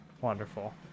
Wonderful